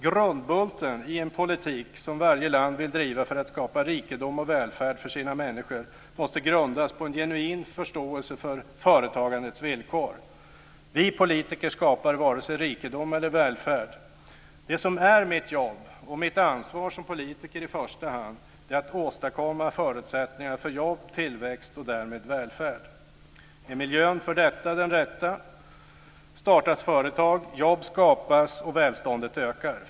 Grundbulten i en politik som varje land vill driva för att skapa rikedom och välfärd för sina människor måste grundas på en genuin förståelse för företagandets villkor. Vi politiker skapar vare sig rikedom eller välfärd. Det som är mitt jobb och mitt ansvar som politiker i första hand är att åstadkomma förutsättningar för jobb, tillväxt och därmed välfärd. Är miljön för detta den rätta startas företag, skapas jobb och ökar välståndet.